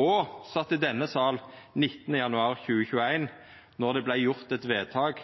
og sat i denne salen 19. januar 2021, då det vart gjort eit vedtak